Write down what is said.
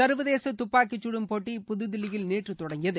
சர்வதேச துப்பாக்கிச்சுடும் போட்டி புதுதில்லியில் நேற்று தொடங்கியது